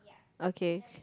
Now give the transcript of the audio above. okay